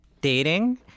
dating